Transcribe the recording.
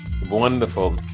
Wonderful